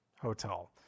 hotel